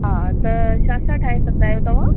हा त छा छा ठाहे सघंदा आहियो तव्हां